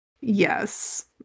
Yes